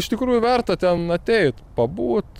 iš tikrųjų verta ten ateit pabūt